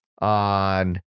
on